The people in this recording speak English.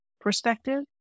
perspective